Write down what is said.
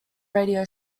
radio